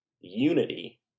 unity